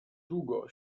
długo